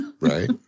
Right